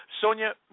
Sonia